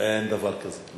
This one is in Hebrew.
אין דבר כזה.